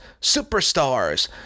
superstars